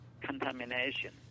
contamination